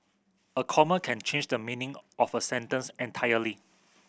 a comma can change the meaning of a sentence entirely